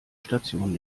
station